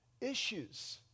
issues